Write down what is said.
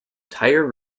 tyre